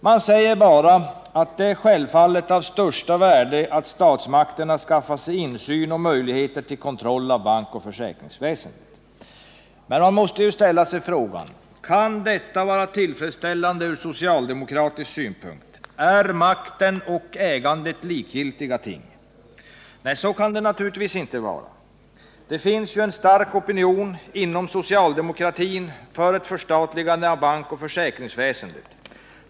Man säger bara: ”Det är självfallet av största värde att statsmakterna skaffar sig insyn i och möjlighet till kontroll av bankoch försäkringsväsendet.” Men man måste ställa sig frågan: Kan detta vara tillfredsställande ur socialdemokratisk synpunkt? Är makten och ägandet likgiltiga ting? Nej, så kan det naturligtvis inte vara. Det finns en stark opinion inom socialdemokratin för ett förstatligande av bankoch försäkringsväsendet.